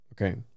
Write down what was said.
Okay